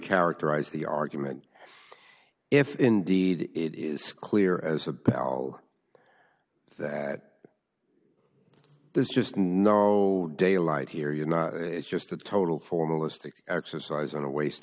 characterize the argument if indeed it is clear as a bell that there's just no daylight here you know it's just a total formalistic exercise and a waste